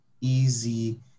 easy